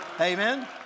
Amen